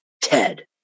TED